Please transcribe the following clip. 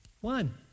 one